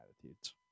attitudes